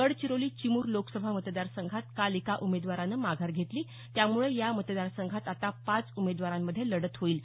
गडचिरोली चिमूर लोकसभा मतदार संघात काल एका उमेदवाराने माघार घेतली त्यामुळे या मतदारसंघात आता पाच उमेदवारांमध्ये लढत होईल